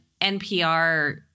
NPR